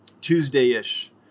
Tuesday-ish